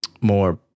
more